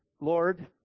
Lord